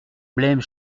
blême